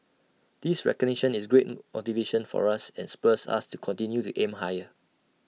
this recognition is great motivation for us and spurs us to continue to aim higher